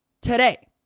today